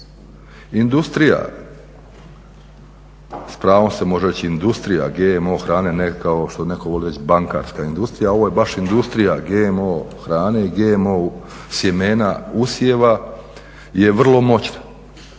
Industrija, s pravom se može reći industrija GMO hrane, ne kao što netko voli reći bankarska industrija, ovo je baš industrija GMO hrane i GMO sjemena, usjeva je vrlo moćna.